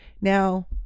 now